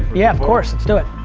yeah, of course, let's do it.